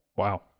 Wow